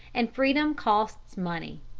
and freedom costs money.